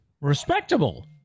respectable